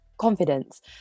confidence